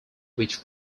which